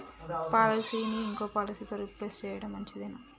పాలసీని ఇంకో పాలసీతో రీప్లేస్ చేయడం మంచిదేనా?